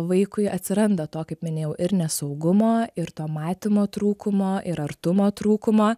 vaikui atsiranda to kaip minėjau ir nesaugumo ir to matymo trūkumo ir artumo trūkumo